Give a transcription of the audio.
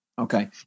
Okay